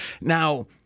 Now